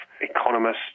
economists